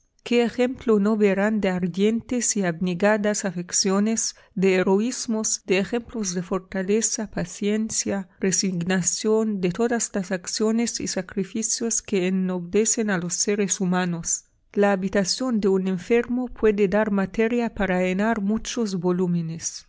qué ejemplos no verán de ardientes y abnegadas afecciones de heroísmos de ejemplos de fortaleza paciencia resignación de todas las acciones y sacrificios que ennoblecen a los seres humanos la habitación de un enfermo puede dar materia para llenar muchos volúmenes